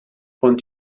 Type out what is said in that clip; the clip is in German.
von